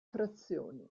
frazioni